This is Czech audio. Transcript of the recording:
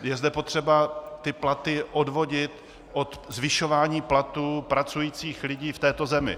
Je zde potřeba ty platy odvodit od zvyšování platů pracujících lidí v této zemi.